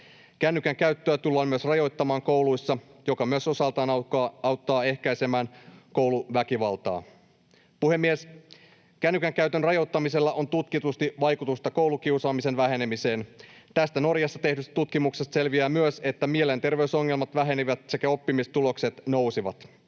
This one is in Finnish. Kännykän käyttöä tullaan myös rajoittamaan kouluissa, mikä myös osaltaan auttaa ehkäisemään kouluväkivaltaa. Puhemies! Kännykän käytön rajoittamisella on tutkitusti vaikutusta koulukiusaamisen vähenemiseen. Tästä Norjassa tehdystä tutkimuksesta selviää myös, että mielenterveysongelmat vähenivät ja oppimistulokset nousivat.